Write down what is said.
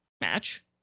match